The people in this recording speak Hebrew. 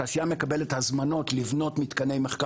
התעשייה מקבלת הזמנות לבנות מתקני מחקר